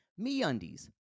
MeUndies